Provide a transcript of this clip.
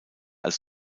als